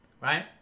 Right